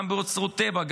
גם באוצרות טבע,